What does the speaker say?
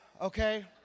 okay